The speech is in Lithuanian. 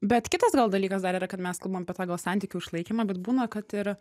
bet kitas dalykas dar yra kad mes kalbam apie tą gal santykių išlaikymą bet būna kad ir